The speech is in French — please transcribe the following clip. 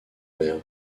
mère